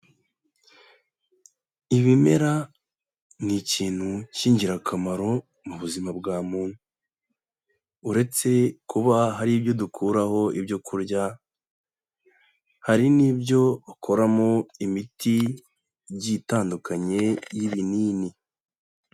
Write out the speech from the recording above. Ibimera ni ikintu cy'ingirakamaro mu buzima bwa muntu. Uretse kuba hari ibyo dukuraho ibyo kurya, hari n'ibyo bakoramo imiti igiye itandukanye y'ibinini.